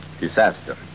disaster